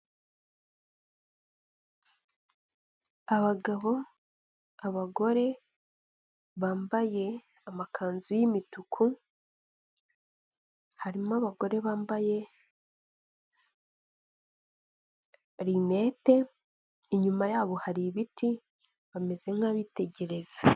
Abagabo, abagore bambaye amakanzu y'imituku, harimo abagore bambaye rinete, inyuma yabo hari ibiti bameze nk'abitegereza.